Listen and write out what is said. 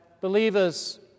believers